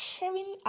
Sharing